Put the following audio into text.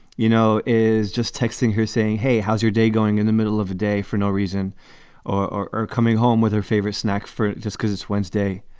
you know, is just texting her, saying, hey, how's your day going in the middle of a day for no reason or or coming home with her favorite snack for just cause. it's wednesday.